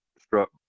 struck